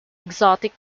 exotic